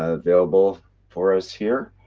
ah available for us, here.